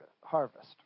harvest